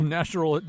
Natural